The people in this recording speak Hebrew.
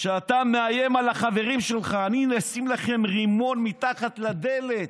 שאתה מאיים על החברים שלך: אני אשים לכם רימון מתחת לדלת.